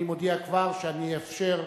אני מודיע כבר שאני אאפשר,